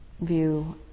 view